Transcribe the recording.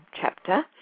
chapter